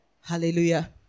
Hallelujah